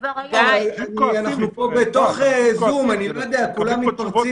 ברגע שייפתחו בתי הקפה אנחנו מוצמדים